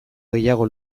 gehiago